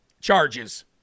charges